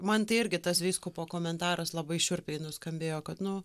man tai irgi tas vyskupo komentaras labai šiurpiai nuskambėjo kad nu